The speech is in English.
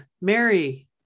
Mary